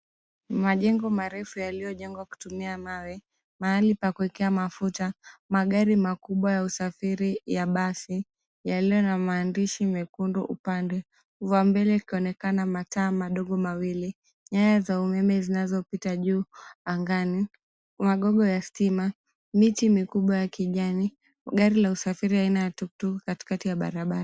Majengo marefu yaliyojengwa kutumia mawe, mahali pa kuekea mafuta, magari makubwa ya usafiri ya basi, yalio na maandishi mekundu, upande wambele ikionekana mataa madogo mawili, nyaya za umeme zinazopita juu angani, magogo ya stima, miti mikubwa ya kijani, gari la kusafiri aina ya tuktuk katikati ya barabara.